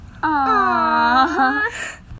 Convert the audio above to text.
Aww